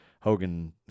Hogan